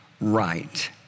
Right